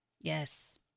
Yes